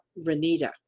Renita